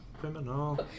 Criminal